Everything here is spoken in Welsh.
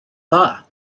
dda